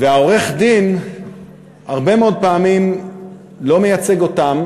ועורך-הדין הרבה פעמים לא מייצג אותם,